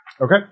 Okay